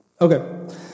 Okay